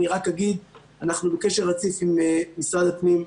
אני רק אגיד שאנחנו בקשר רציף עם משרד הפנים.